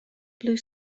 blue